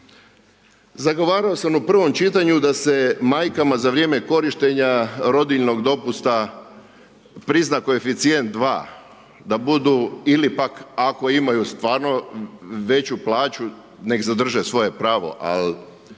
Zagovarao sam u prvom čitanju da se majkama za vrijeme korištenja rodiljnog dopusta prizna koeficijent 2, da budu, ili pak, ako imaju stvarno veću plaću nek zadrže svoje pravo, al